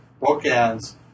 bookends